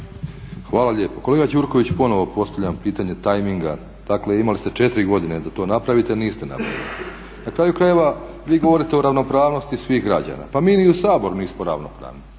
Hvala lijepo. Kolega Gjurković ponovno postavljam pitanje tajminga, dakle imali ste četiri godine da to napravite a niste napravili. Na kraju krajeva vi govorite o ravnopravnosti svih građana. Pa mi ni u Saboru nismo ravnopravni.